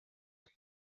twe